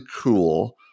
cool